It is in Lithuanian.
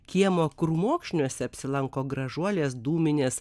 kiemo krūmokšniuose apsilanko gražuolės dūminės